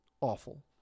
awful